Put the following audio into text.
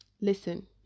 Listen